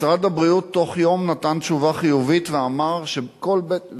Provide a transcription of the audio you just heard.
משרד הבריאות תוך יום נתן תשובה חיובית ואמר והכריז,